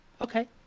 Okay